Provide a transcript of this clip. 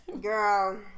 Girl